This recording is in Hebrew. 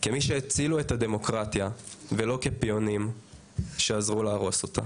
כמי שהצילו את הדמוקרטיה ולא כפיונים שעזרו להרוס אותה.